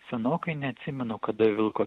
senokai neatsimenu kada vilko